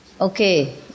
Okay